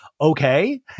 Okay